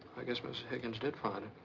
i guess mrs. higgins did find it.